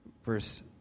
Verse